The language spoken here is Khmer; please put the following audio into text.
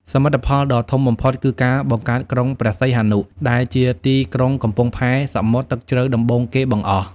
សមិទ្ធផលដ៏ធំបំផុតគឺការបង្កើតក្រុងព្រះសីហនុ ដែលជាទីក្រុងកំពង់ផែសមុទ្រទឹកជ្រៅដំបូងគេបង្អស់។